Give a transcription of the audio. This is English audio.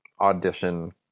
audition